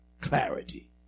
clarity